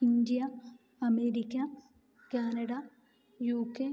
India America Canada UK